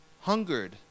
hungered